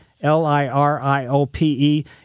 L-I-R-I-O-P-E